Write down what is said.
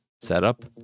setup